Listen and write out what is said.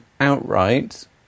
outright